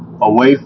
away